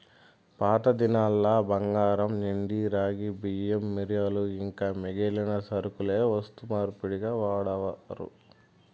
పాతదినాల్ల బంగారు, ఎండి, రాగి, బియ్యం, మిరియాలు ఇంకా మిగిలిన సరకులే వస్తు మార్పిడిగా వాడారు